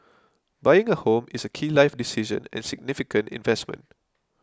buying a home is a key life decision and significant investment